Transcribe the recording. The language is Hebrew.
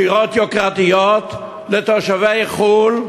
דירות יוקרתיות לתושבי חו"ל,